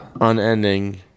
Unending